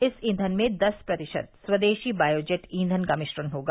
इस ईंधन में दस प्रतिशत स्वदेशी बायो जेट ईंधन का मिश्रण होगा